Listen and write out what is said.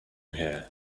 here